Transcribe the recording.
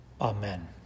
Amen